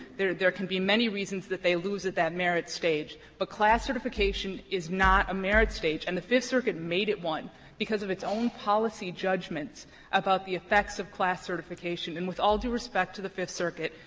there there can be many reasons that they lose at that merits stage, but class certification is not a merits stage, and the fifth circuit made it one because of its own policy judgments about the effects of class certification. and with all due respect to the fifth circuit,